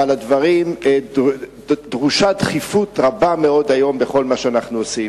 אבל דרושה דחיפות רבה מאוד בכל מה שאנחנו עושים.